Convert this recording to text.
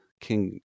King